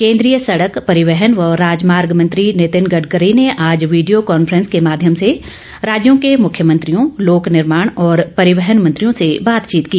केन्द्रीय सड़क परिवेहन व राजमार्ग मंत्री नितिन गडकरी ने आज वीडियो कॉन्फ्रेंस के माध्यम से राज्यों के मुख्यमंत्रियों लोक निर्माण और परिवहन मंत्रियों से बातचीत की